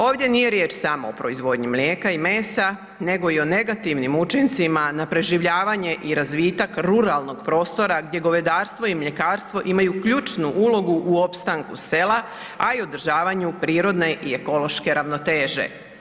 Ovdje nije riječ samo o proizvodnji mlijeka i mesa nego i o negativnim učincima na preživljavanje i razvitak ruralnog prostora gdje govedarstvo i mljekarstvo imaju ključnu ulogu u opstanku sela, a i u održavanju prirodne i ekološke ravnoteže.